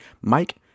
Mike